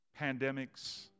pandemics